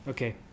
Okay